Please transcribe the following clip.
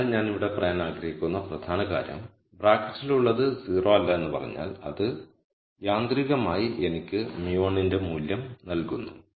അതിനാൽ ഞാൻ ഇവിടെ പറയാൻ ആഗ്രഹിക്കുന്ന പ്രധാന കാര്യം ബ്രാക്കറ്റിൽ ഉള്ളത് 0 അല്ല എന്ന് പറഞ്ഞാൽ അത് യാന്ത്രികമായി എനിക്ക് μ1 ന്റെ മൂല്യം നൽകുന്നു